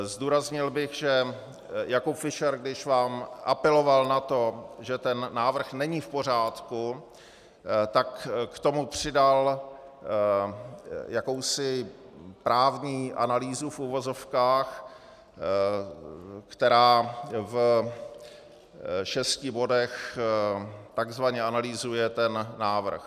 Zdůraznil bych, že Jakub Fischer, když vám apeloval na to, že návrh není v pořádku, tak k tomu přidal jakousi právní analýzu v uvozovkách, která v šesti bodech tzv. analyzuje ten návrh.